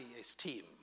esteem